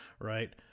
right